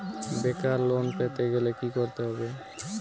বেকার লোন পেতে গেলে কি করতে হবে?